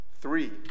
Three